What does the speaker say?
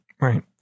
Right